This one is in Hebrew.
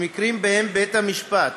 במקרים שבהם בית-המשפט